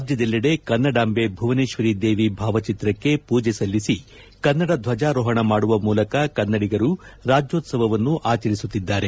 ರಾಜ್ಯದೆಲ್ಲೆಡೆ ಕನ್ನಡಾಂಬೆ ಭುವನೇಶ್ವರಿ ದೇವಿ ಭಾವಚಿತ್ರಕ್ಷೆ ಪೂಜೆ ಸಲ್ಲಿಸಿ ಕನ್ನಡ ಧ್ವಜಾರೋಹಣ ಮಾಡುವ ಮೂಲಕ ಕನ್ನಡಿಗರು ರಾಜ್ಣೋತ್ಸವವನ್ನು ಆಚರಿಸುತ್ತಿದ್ದಾರೆ